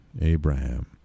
Abraham